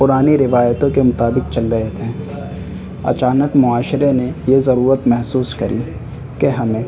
پرانی روایتوں کے مطابق چل رہے تھے اچانک معاشرے نے یہ ضرورت محسوس کری کہ ہمیں